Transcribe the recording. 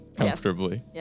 comfortably